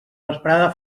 vesprada